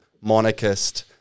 monarchist